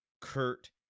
Kurt